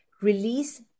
release